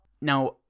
Now